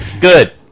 Good